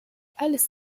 alice